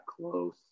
close